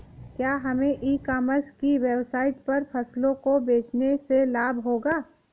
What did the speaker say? क्या हमें e commerce की वेबसाइट पर फसलों को बेचने से लाभ होगा?